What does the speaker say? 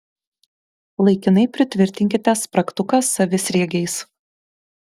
laikinai pritvirtinkite spragtuką savisriegiais